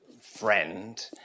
friend